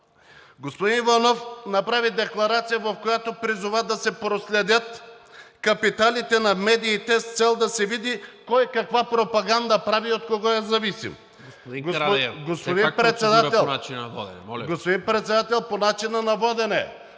Господин Иванов направи декларация, в която призова да се проследят капиталите на медиите с цел да се види кой каква пропаганда прави и от кого е зависим. ПРЕДСЕДАТЕЛ НИКОЛА МИНЧЕВ: Господин Карадайъ, все пак е процедура по начина на водене.